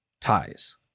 ties